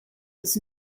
was